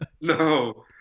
No